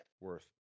worth